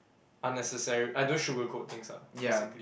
unnecessary I don't sugarcoat things ah basically